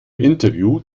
interview